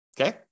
Okay